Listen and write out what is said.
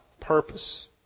purpose